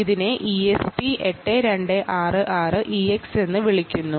ഇതിനെ ESP 8266 EX എന്ന് വിളിക്കുന്നു